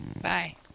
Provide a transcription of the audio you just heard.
Bye